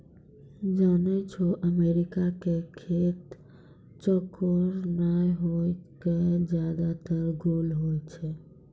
जानै छौ अमेरिका के खेत चौकोर नाय होय कॅ ज्यादातर गोल होय छै